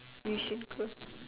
we should go